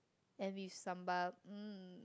and with Sambal mm